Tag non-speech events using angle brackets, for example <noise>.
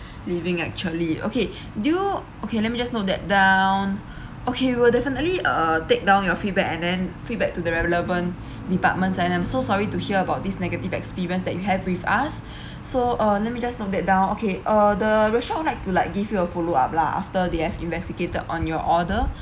<breath> leaving actually okay <breath> do you okay let me just note that down <breath> okay we'll definitely uh take down your feedback and then feedback to the relevant <breath> departments and I'm so sorry to hear about this negative experience that you have with us <breath> so um let me just note that down okay uh the restaurant would like to like give you a follow up lah after they have investigated on your order <breath>